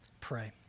pray